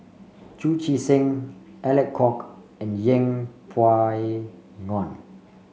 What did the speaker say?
Chu Chee Seng Alec Kuok and Yeng Pway Ngon